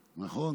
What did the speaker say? נכון?